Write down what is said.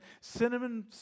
cinnamon